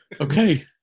Okay